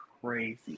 crazy